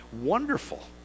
wonderful